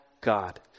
God